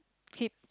keep